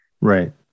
Right